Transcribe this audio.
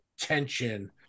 tension